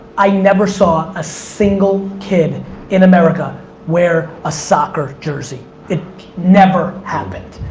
i never saw a single kid in america wear a soccer jersey, it never happened.